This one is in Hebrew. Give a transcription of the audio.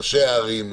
ראשי הערים,